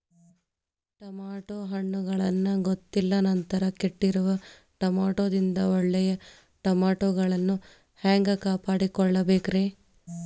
Tomato ಹಣ್ಣುಗಳನ್ನ ಗೊತ್ತಿಲ್ಲ ನಂತರ ಕೆಟ್ಟಿರುವ ಟಮಾಟೊದಿಂದ ಒಳ್ಳೆಯ ಟಮಾಟೊಗಳನ್ನು ಹ್ಯಾಂಗ ಕಾಪಾಡಿಕೊಳ್ಳಬೇಕರೇ?